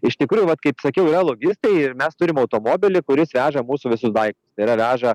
iš tikrųjų vat kaip sakiau yra logistai ir mes turim automobilį kuris veža mūsų visus daiktus tai yra veža